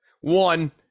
One